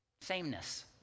Sameness